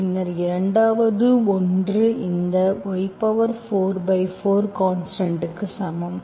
பின்னர் 2 வது ஒன்று இந்த y44 கான்ஸ்டன்ட்க்கு சமம்